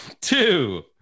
two